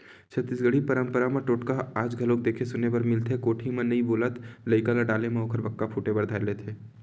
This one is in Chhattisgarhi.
छत्तीसगढ़ी पंरपरा म टोटका ह आज घलोक देखे सुने बर मिलथे कोठी म नइ बोलत लइका ल डाले म ओखर बक्का फूटे बर धर लेथे